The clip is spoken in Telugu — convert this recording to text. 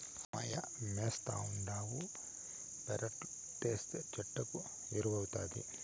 గోమయమేస్తావుండావు పెరట్లేస్తే చెట్లకు ఎరువౌతాది